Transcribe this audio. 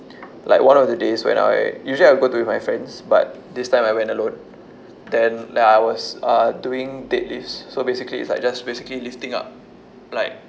like one of the days when I usually I'll go to with my friends but this time I went alone then like I was uh doing dead lifts so basically it's like just basically lifting up like